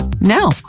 now